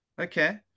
Okay